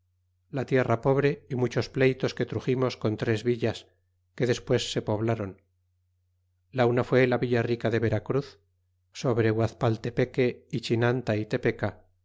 la tierra pobre y muchos pleytos que truximos con tres villas que despues se poblaron la una fue la villa rica de la vera cruz sobre guazpaltepeque y chinanta y tepeca